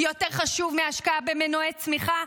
יותר חשוב מהשקעה במנועי צמיחה,